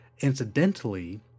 incidentally